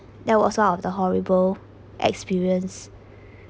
that was one of the horrible experience